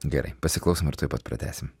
gerai pasiklausom ir tuoj pat pratęsim